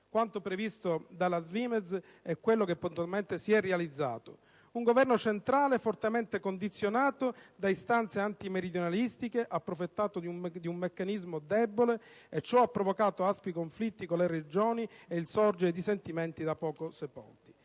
Quanto previsto dalla SVIMEZ è quello che puntualmente si è realizzato: un Governo centrale fortemente condizionato da istanze antimeridionalistiche ha approfittato di un meccanismo debole e ciò ha provocato aspri conflitti con le Regioni ed il risorgere di sentimenti da tempo sepolti.